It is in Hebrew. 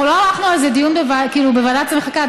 אנחנו לא ערכנו על זה דיון בוועדת השרים לחקיקה,